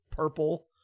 Purple